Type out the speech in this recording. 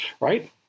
right